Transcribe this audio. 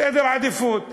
סדר עדיפויות.